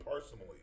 personally